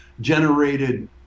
generated